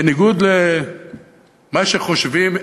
בניגוד למה שחושבים,